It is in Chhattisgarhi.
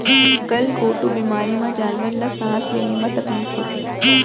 गल घोंटू बेमारी म जानवर ल सांस लेहे म तकलीफ होथे